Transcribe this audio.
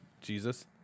Jesus